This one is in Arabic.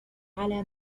على